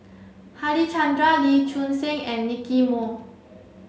Harichandra Lee Choon Seng and Nicky Moey